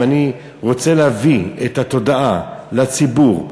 אם אני רוצה להביא את התודעה לציבור,